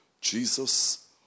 Jesus